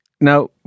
Now